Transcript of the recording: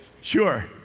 Sure